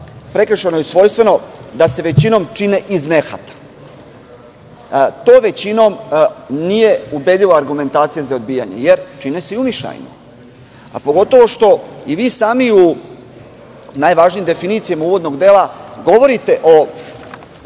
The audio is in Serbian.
prekršajno i svojstveno da se većinom čine iz nehata. To – većinom, nije ubedljiva argumentacija za odbijanje, jer se čine i umišljajno, pogotovo što u najvažnijim definicijama uvodnog dela govorite i